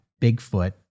Bigfoot